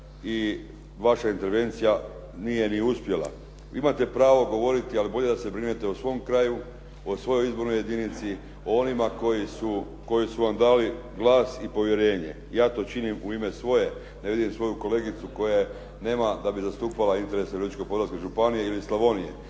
i vaša intervencija nije ni uspjela. Imate pravo govoriti, ali bolje da se brinete o svom kraju, o svojoj izbornoj jedinici, o onima koji su vam dali glas i povjerenje. Ja to činim u ime svoje, ne vidim svoju kolegicu koje nema da bi zastupala interese Virovitičko-podravske županije ili Slavonije.